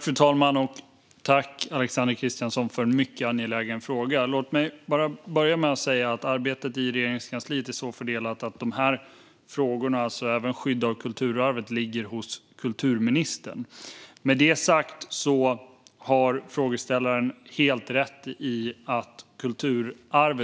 Fru talman! Jag tackar Alexander Christiansson för en angelägen fråga. Låt mig börja med att säga att arbetet i Regeringskansliet är så fördelat att frågan om skyddet av kulturarvet ligger hos kulturministern. Med detta sagt har frågeställaren helt rätt i att